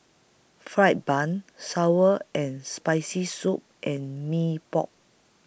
Fried Bun Sour and Spicy Soup and Mee Pok